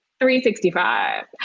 365